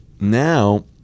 Now